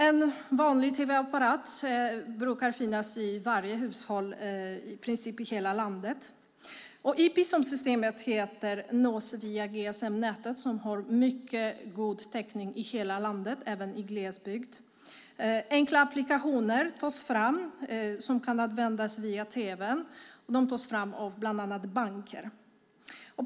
En vanlig tv-apparat brukar finnas i varje hushåll i princip i hela landet. Ippi, som systemet heter, nås via GSM-nätet som har mycket god täckning i hela landet, även i glesbygd. Enkla applikationer som kan användas via tv:n tas fram av bland annat banker.